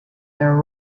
their